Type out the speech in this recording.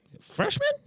freshman